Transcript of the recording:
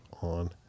on